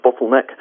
bottleneck